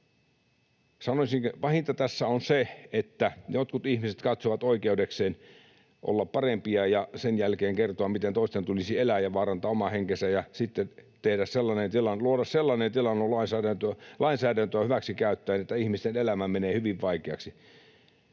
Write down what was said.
pahinta tässä on se, että jotkut ihmiset katsovat oikeudekseen olla parempia ja sen jälkeen kertoa, miten toisten tulisi elää ja vaarantaa oma henkensä, ja sitten luoda sellainen tilanne lainsäädäntöä hyväksi käyttäen, että ihmisten elämä menee hyvin vaikeaksi.